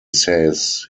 says